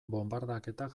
bonbardaketak